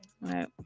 Right